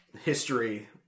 history